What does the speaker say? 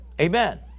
Amen